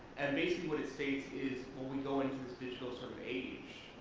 and basically what it states is, when we go into this digital sort of age,